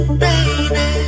baby